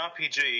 RPG